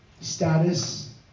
status